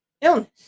illness